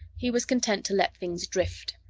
he was content to let things drift.